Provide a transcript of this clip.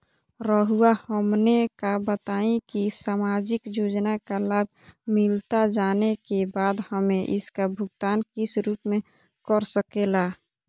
रहुआ हमने का बताएं की समाजिक योजना का लाभ मिलता जाने के बाद हमें इसका भुगतान किस रूप में कर सके ला?